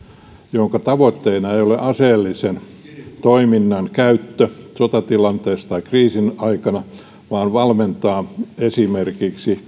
jonka tavoitteena ei ole aseellisen toiminnan käyttö sotatilanteessa tai kriisin aikana vaan valmennus esimerkiksi